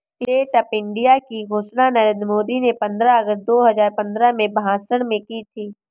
stand up India की घोषणा नरेंद्र मोदी ने पंद्रह अगस्त दो हजार पंद्रह में भाषण में की थी